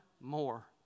more